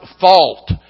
fault